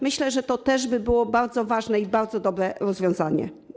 Myślę, że to też by było bardzo ważne i bardzo dobre rozwiązanie.